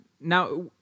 now